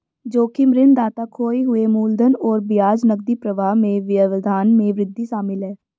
जोखिम ऋणदाता खोए हुए मूलधन और ब्याज नकदी प्रवाह में व्यवधान में वृद्धि शामिल है